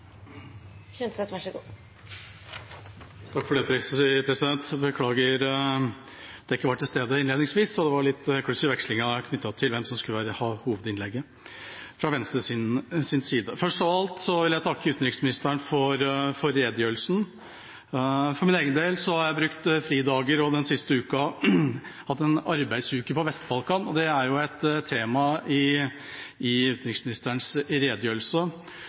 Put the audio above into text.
Kjenseth – vi gjør et nytt forsøk. Takk for det, president! Beklager at jeg ikke var til stede innledningsvis. Det var litt kluss i vekslingen knyttet til hvem som skulle ha hovedinnlegget fra Venstres side. Først av alt vil jeg takke utenriksministeren for redegjørelsen. For min egen del har jeg brukt fridager og den siste uka til en arbeidsuke på Vest-Balkan, som jo er et tema i utenriksministerens redegjørelse.